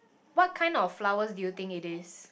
what kind of flowers do you think it is